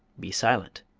be silent.